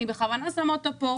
אני בכוונה שמה אותו כאן.